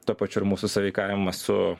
tuo pačiu ir mūsų sąveikavimą su